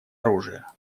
оружия